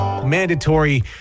Mandatory